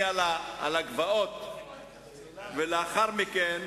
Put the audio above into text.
הולכת להרבה שינויים במשך שנה, ולאחר מכן,